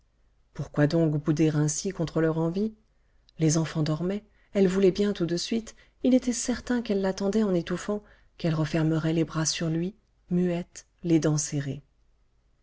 pourquoi donc bouder ainsi contre leur envie les enfants dormaient elle voulait bien tout de suite il était certain qu'elle l'attendait en étouffant qu'elle refermerait les bras sur lui muette les dents serrées